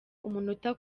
umunota